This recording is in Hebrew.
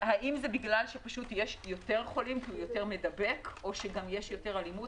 האם זה בגלל שיש יותר חולים כי הוא יותר מידבק או יש יותר אלימות?